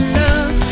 love